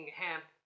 hemp